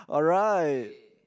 all right